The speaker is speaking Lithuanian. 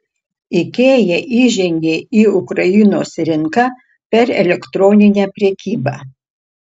ikea įžengė į ukrainos rinką per elektroninę prekybą